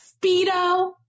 Speedo